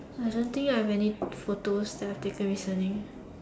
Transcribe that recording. I don't think I have any photos that I taken recently